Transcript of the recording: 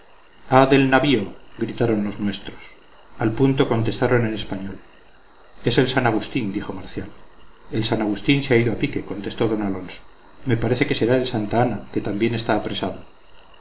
gritaron los nuestros al punto contestaron en español es el san agustín dijo marcial el san agustín se ha ido a pique contestó d alonso me parece que será el santa ana que también está apresado